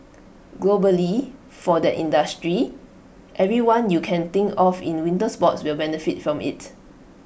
globally for that industry everyone you can think of in the winter sports will benefit from IT